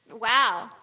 Wow